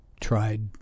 tried